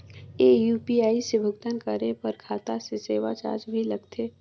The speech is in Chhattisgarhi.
ये यू.पी.आई से भुगतान करे पर खाता से सेवा चार्ज भी लगथे?